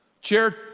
Chair